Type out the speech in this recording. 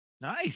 nice